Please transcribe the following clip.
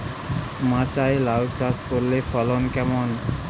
মাচায় লাউ চাষ করলে ফলন কেমন?